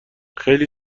خیلی